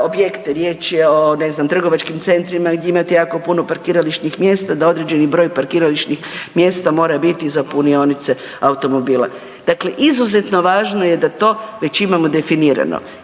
objekte, riječ je ne znam trgovačkim centrima gdje imate jako puno parkirališnih mjesta da određeni broj parkirališnih mjesta mora biti za punionice automobila. Dakle, izuzetno važno je da to već imamo definirano,